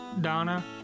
Donna